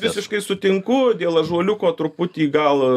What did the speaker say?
visiškai sutinku dėl ąžuoliuko truputį gal